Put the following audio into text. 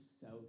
south